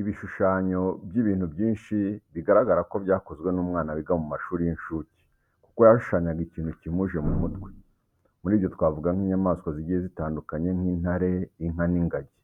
Ibishushanyo by'ibintu byinshi bigaragara ko byakozwe n'umwana wiga mu mashuri y'incuke kuko yashushanyaga ikintu kimuje mu mutwe. Muri ibyo twavuga nk'inyamaswa zigiye zitandukanye nk'intare, inka n'ingagi.